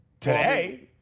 Today